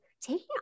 taking